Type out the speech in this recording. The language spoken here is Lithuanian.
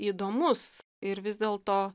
įdomus ir vis dėl to